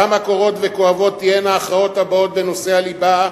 כמה קורעות וכואבות תהיינה ההכרעות הבאות בנושא הליבה,